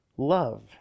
Love